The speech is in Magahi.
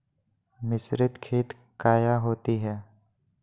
मिसरीत खित काया होती है?